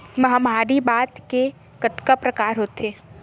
महमाया भात के कतका प्रकार होथे?